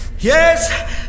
Yes